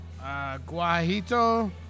guajito